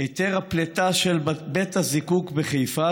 היתר הפליטה של בית הזיקוק בחיפה,